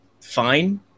fine